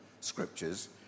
scriptures